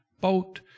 boat